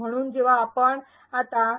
म्हणून जेव्हा आपण आता ए